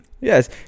Yes